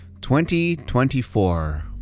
2024